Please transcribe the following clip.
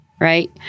right